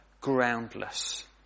groundless